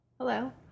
hello